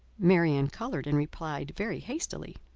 marianne coloured, and replied very hastily,